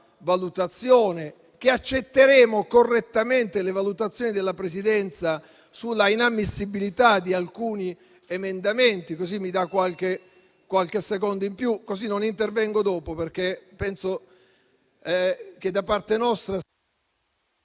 anticipo che accetteremo correttamente le valutazioni della Presidenza sull'inammissibilità di alcuni emendamenti, così mi dà qualche secondo in più. Non intervengo dopo, perché penso che da parte nostra...